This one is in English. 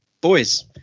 Boys